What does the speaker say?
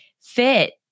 fit